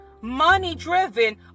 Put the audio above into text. money-driven